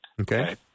Okay